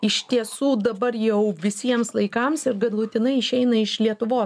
iš tiesų dabar jau visiems laikams ir galutinai išeina iš lietuvos